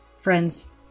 Friends